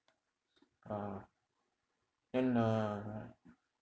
ah then err